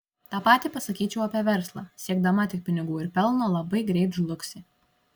tą patį pasakyčiau apie verslą siekdama tik pinigų ir pelno labai greit žlugsi